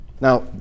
Now